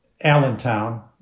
Allentown